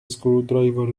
screwdriver